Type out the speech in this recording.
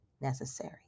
necessary